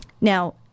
Now